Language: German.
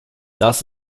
das